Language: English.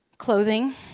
clothing